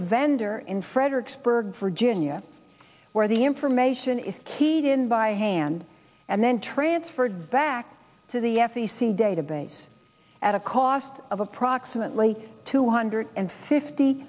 vendor in fredericksburg virginia where the information is keyed in by hand and then transferred back to the f e c database at a cost of approximately two hundred and fifty